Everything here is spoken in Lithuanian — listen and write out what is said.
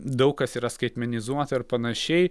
daug kas yra skaitmenizuota ir panašiai